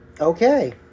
Okay